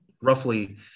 roughly